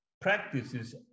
practices